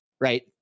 right